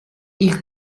ich